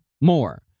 more